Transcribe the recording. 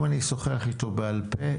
אם אני אשוחח איתו בעל פה,